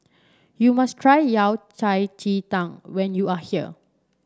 you must try Yao Cai Ji Tang when you are here